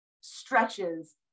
stretches